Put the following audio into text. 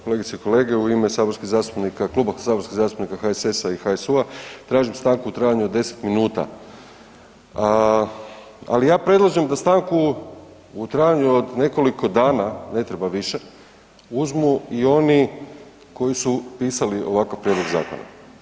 Kolegice i kolege u ime saborskih zastupnika Kluba saborskih zastupnika HSS-a i HSU-a tražim stanku u trajanju od 10 minuta, ali ja predlažem da stanku u trajanju od nekoliko dana ne treba više uzmu i oni koji su pisali ovakav prijedlog zakona.